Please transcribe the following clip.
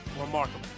remarkable